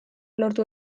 lortu